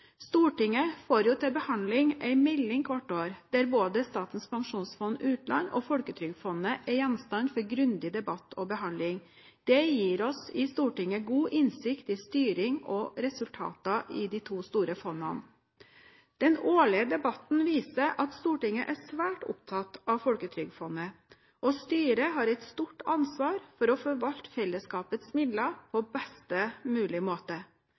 Stortinget får til behandling en melding hvert år der både Statens pensjonsfond utland og Folketrygdfondet er gjenstand for grundig debatt og behandling. Det gir oss i Stortinget god innsikt i styring og resultater i de to store fondene. Den årlige debatten viser at Stortinget er svært opptatt av Folketrygdfondet, og styret har et stort ansvar for å forvalte fellesskapets midler på best mulig måte.